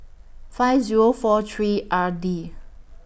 five Zero four three R D